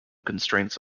constraints